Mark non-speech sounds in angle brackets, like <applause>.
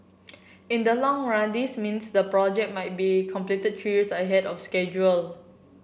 <noise> in the long run this means the project might be completed three years ahead of schedule